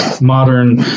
modern